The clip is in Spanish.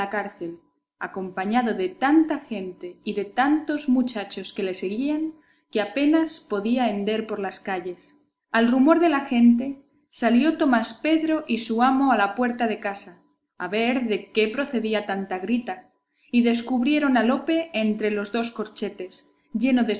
cárcel acompañado de tanta gente y de tantos muchachos que le seguían que apenas podía hender por las calles al rumor de la gente salió tomás pedro y su amo a la puerta de casa a ver de qué procedía tanta grita y descubrieron a lope entre los dos corchetes lleno de